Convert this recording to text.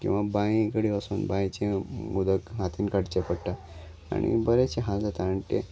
किंवा बांय कडेन वसन बांयचें उदक हातीन काडचें पडटा आनी बरेचशे हाल जाता आनी ते